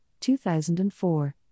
2004